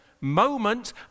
moment